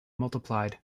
multiplied